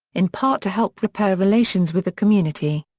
in part to help repair relations with the community.